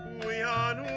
we are